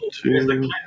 two